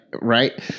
right